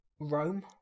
Rome